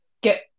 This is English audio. get